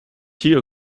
hier